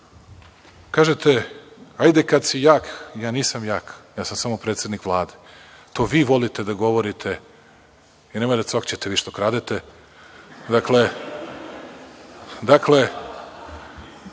– hajde kada si jak, ja nisam jak, ja sam samo predsednik Vlade. To vi volite da govorite i nemojte da cokćete vi što kradete, dakle…